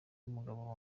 umugabo